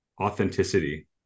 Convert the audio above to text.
authenticity